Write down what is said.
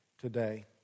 today